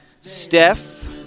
Steph